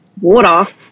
water